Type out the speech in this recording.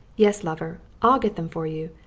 yes, lover, i'll get them for you,